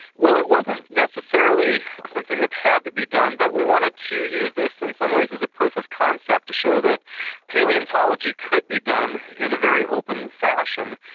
well it wasn't necessarily something that had to be done, but we wanted to use this in some ways as a proof of concept, to show that palaeontology could be done in a very open fashion,